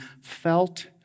felt